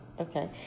Okay